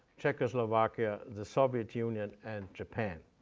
czechoslovakia, the soviet union, and japan.